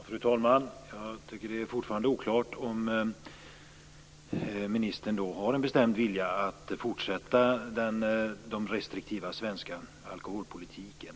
Fru talman! Jag tycker att det fortfarande är oklart om ministern har en bestämd vilja att fortsätta den restriktiva svenska alkoholpolitiken.